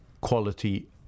quality